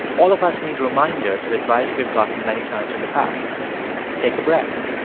all of us need reminders of advice we've gotten many times in the past take a breath,